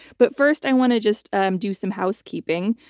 but first i want to just um do some housekeeping.